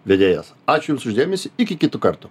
vedėjas aš jums už dėmesį iki kitų kartų